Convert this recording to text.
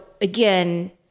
again